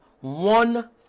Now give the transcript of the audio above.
One